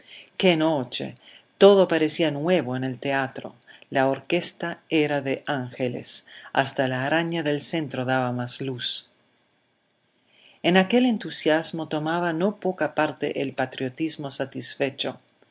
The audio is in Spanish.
qué noche todo parecía nuevo en el teatro la orquesta era de ángeles hasta la araña del centro daba más luz en aquel entusiasmo tomaba no poca parte el patriotismo satisfecho